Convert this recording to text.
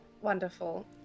wonderful